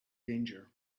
danger